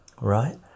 right